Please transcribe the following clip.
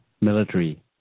military